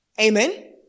Amen